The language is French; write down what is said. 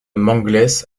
mangles